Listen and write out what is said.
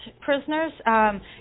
prisoners